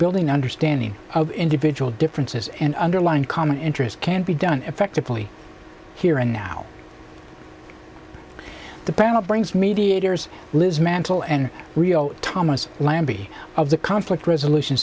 building understanding of individual differences and underline common interest can be done effectively here and now the panel brings mediators liz mantle and rio thomas lambie of the conflict resolution